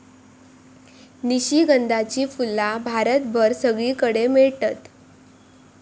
निशिगंधाची फुला भारतभर सगळीकडे मेळतत